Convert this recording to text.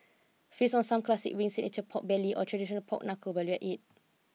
feast on some classic wings pork belly or traditional pork knuckle it